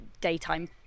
daytime